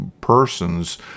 persons